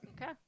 Okay